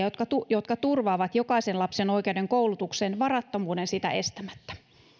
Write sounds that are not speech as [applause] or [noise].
[unintelligible] jotka jotka turvaavat jokaisen lapsen oikeuden koulutukseen varattomuuden sitä estämättä